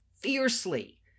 fiercely